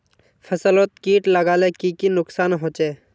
फसलोत किट लगाले की की नुकसान होचए?